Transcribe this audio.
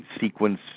sequence